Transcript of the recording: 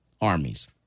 armies